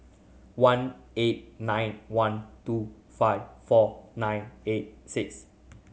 one eight nine one two five four nine eight six